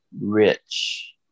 rich